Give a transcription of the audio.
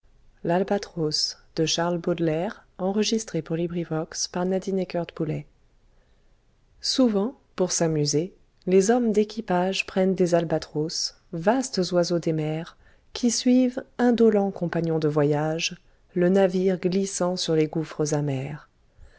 souvent pour s'amuser les hommes d'équipage prennent des albatros vastes oiseaux des mers qui suivent indolents compagnons de voyage le navire glissant sur les gouffres amers